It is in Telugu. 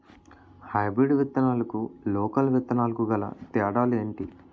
హైబ్రిడ్ విత్తనాలకు లోకల్ విత్తనాలకు గల తేడాలు ఏంటి?